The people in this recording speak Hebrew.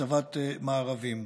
והצבת מארבים.